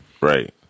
Right